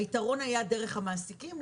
היתרון היה דרך המעסיקים.